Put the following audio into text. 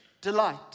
delight